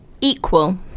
Equal